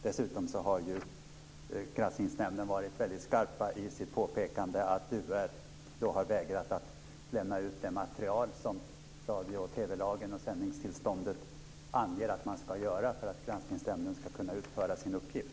Dessutom har Granskningsnämnden varit väldigt skarp i sitt påpekande att UR har vägrat att lämna ut det material som radio och TV-lagen och sändningstillståndet anger att man ska göra för att Granskningsnämnden ska kunna utföra sin uppgift.